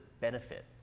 benefit